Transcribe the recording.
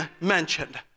mentioned